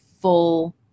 full